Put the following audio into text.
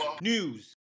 news